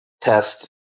test